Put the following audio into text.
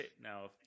now